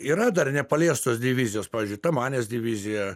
yra dar nepaliestos divizijos pavyzdžiui tamanės divizija